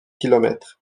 kilomètres